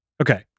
Okay